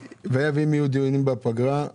אם יהיו דיונים בפגרה,